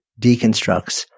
deconstructs